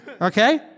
Okay